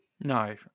No